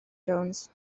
jones